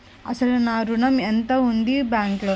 అసలు నా ఋణం ఎంతవుంది బ్యాంక్లో?